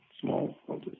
small